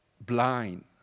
blind